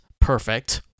perfect